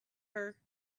her